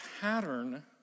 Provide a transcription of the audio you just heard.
pattern